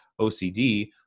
OCD